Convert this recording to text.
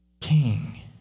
king